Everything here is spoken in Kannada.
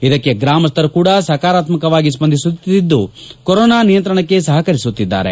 ಇದಕ್ಕೆ ಗ್ರಾಮಸ್ಥರು ಕೂಡಾ ಸಕರಾತ್ಮಕವಾಗಿ ಸ್ಪಂದಿಸುತ್ತಿದ್ದು ಕೊರೋನಾ ನಿಯಂತ್ರಣಕ್ಕೆ ಸಹಕರಿಸುತ್ತಿದ್ದಾರೆ